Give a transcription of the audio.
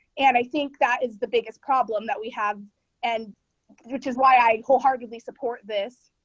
and i think that is the biggest problem that we have and which is why i wholeheartedly support this,